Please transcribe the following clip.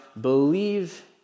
believe